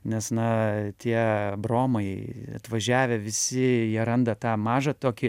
nes na tie bromai atvažiavę visi jie randa tą mažą tokį